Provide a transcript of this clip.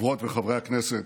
חברות וחברי הכנסת,